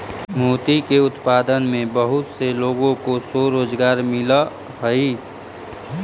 मोती के उत्पादन में बहुत से लोगों को स्वरोजगार मिलअ हई